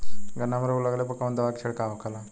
गन्ना में रोग लगले पर कवन दवा के छिड़काव होला?